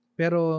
pero